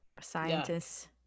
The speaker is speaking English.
Scientists